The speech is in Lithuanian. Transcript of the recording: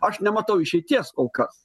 aš nematau išeities kol kas